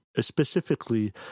specifically